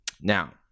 Now